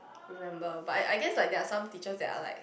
remember but I I guess like there are some teacher that are like